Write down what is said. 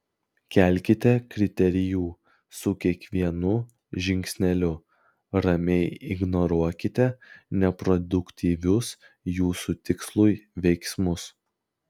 kelkite kriterijų su kiekvienu žingsneliu ramiai ignoruokite neproduktyvius jūsų tikslui veiksmus